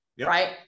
right